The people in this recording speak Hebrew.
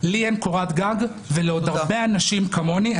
לי אין קורת גג ולעוד הרבה אנשים כמוני.